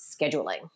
scheduling